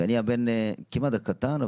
ואני הבן כמעט הקטן,